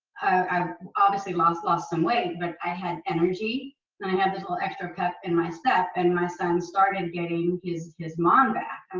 i obviously lost lost some weight, but i had energy and i had a little extra pep in my step and my son started getting his his mom back. i'm